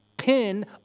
pin